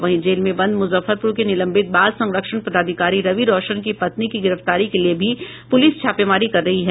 वहीं जेल में बंद मुजफ्फरपुर के निलंबित बाल संरक्षण पदाधिकारी रवि रौशन की पत्नी की गिरफ्तारी के लिए भी पुलिस छापेमारी कर रही है